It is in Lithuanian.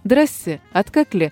drąsi atkakli